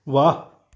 ਵਾਹ